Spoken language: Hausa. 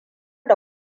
da